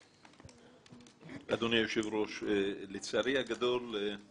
אדוני היושב-ראש, לצערי הגדול גם